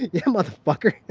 yeah motherfucker.